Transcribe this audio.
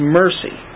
mercy